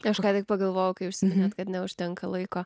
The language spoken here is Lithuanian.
kažką tik pagalvok kai užsiminėte kad neužtenka laiko